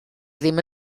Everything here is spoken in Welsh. ddim